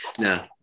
No